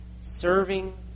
serving